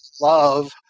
love